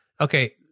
okay